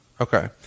Okay